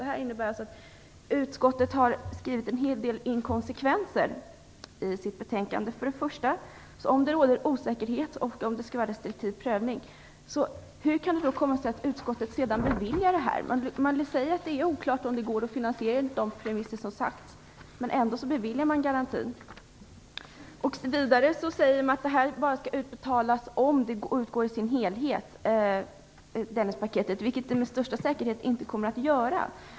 Detta innebär alltså att utskottet har skrivit en hel del inkonsekvenser i sitt betänkande. Om det råder osäkerhet om ifall det skall göras en restriktiv prövning, hur kan det då komma sig att utskottet sedan beviljar detta? Man säger att det är oklart om det går att finansiera enligt de premisser som sagts, men ändå beviljar man garantin. Vidare säger man att statsbidraget skall utbetalas bara om uppgörelserna om Dennispaketet uppnås i sin helhet, vilket de med största säkerhet inte kommer att göra.